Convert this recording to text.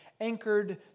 anchored